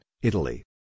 Italy